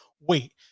Wait